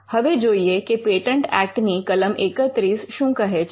હવે જોઈએ કે પેટન્ટ ઍક્ટ ની કલમ 31 શું કહે છે